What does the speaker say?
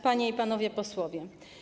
Panie i Panowie Posłowie!